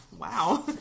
Wow